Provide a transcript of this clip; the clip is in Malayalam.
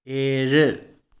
ഏഴ്